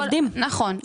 נכון.